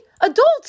adults